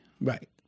Right